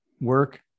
work